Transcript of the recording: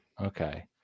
Okay